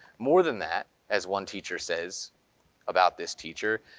more than that, as one teacher says about this teacher,